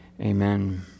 Amen